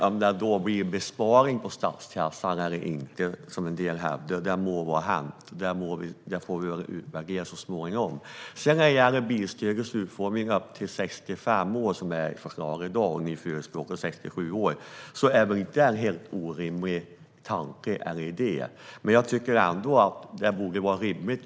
Om det blir en besparing för statskassan, som en del hävdar, eller inte får vi utvärdera så småningom. Dagens förslag är bilstöd upp till 65 år, men ett bilstöd upp till 67 år, som ni förespråkar, är väl ingen orimlig tanke.